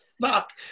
fuck